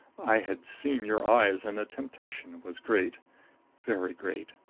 i had seen your eyes and the temptation was great very great.